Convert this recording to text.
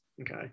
Okay